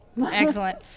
Excellent